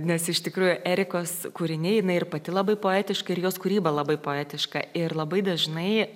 nes iš tikrųjų erikos kūriniai ir pati labai poetiška ir jos kūryba labai poetiška ir labai dažnai